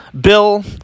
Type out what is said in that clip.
Bill